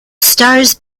stars